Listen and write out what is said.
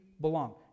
belong